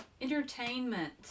entertainment